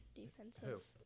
defensive